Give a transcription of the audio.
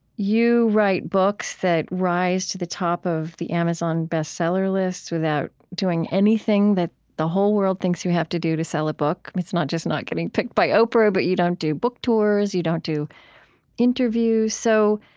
you write books that rise to the top of the amazon best-seller lists without doing anything that the whole world thinks you have to do to sell a book. it's not just not getting picked by oprah, but you don't do book tours. you don't do interviews. so